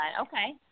Okay